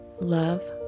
Love